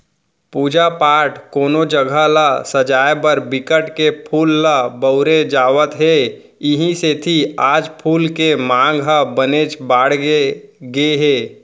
पूजा पाठ, कोनो जघा ल सजाय बर बिकट के फूल ल बउरे जावत हे इहीं सेती आज फूल के मांग ह बनेच बाड़गे गे हे